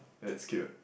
that's cute